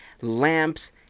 lamps